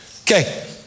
Okay